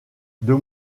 deux